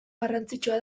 garrantzitsua